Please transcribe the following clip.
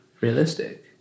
realistic